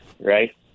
right